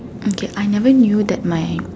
okay I never knew that my